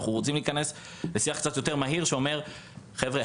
אנחנו רוצים להיכנס לשיח קצת יותר מהיר שאומר: חבר'ה,